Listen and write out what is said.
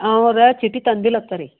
ಅವಾಗ ಚೀಟಿ ತಂದಿಲ್ಲ ತರ್ರಿ